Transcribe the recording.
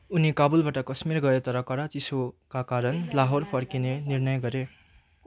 उनी काबुलबाट कश्मीर गए तर कडा चिसोका कारण लाहोर फर्किने निर्णय गरे